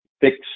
fix